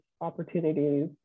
opportunities